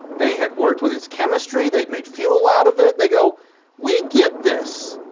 they had worked with its chemistry. they'd made fuel out of it. they go we get this.